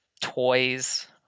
toys